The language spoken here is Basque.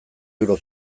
euro